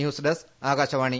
news desk Akashvani